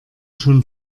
schon